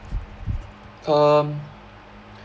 um